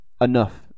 enough